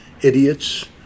idiots